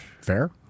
Fair